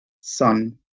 son